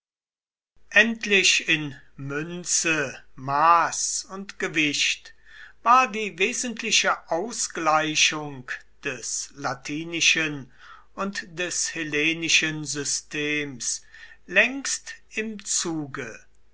endlich in münze maß und gewicht war die wesentliche ausgleichung des latinischen und des hellenischen systems längst im zuge